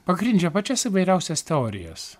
pagrindžia pačias įvairiausias teorijas